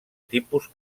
tipus